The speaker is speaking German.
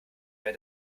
wer